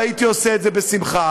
והייתי עושה את זה בשמחה.